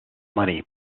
money